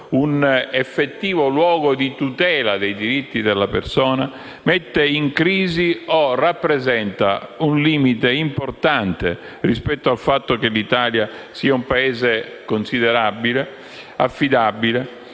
un effettivo luogo di tutela dei diritti della persona, mette in crisi o rappresenta un limite importante rispetto al fatto che l'Italia sia un Paese considerato affidabile